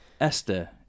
Esther